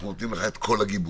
אנחנו נותנים לך את כל הגיבוי,